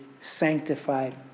sanctified